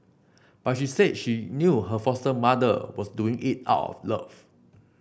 but she said she knew her foster mother was doing it out of love